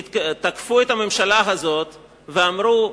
תקפו את הממשלה הזאת ואמרו: